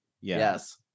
yes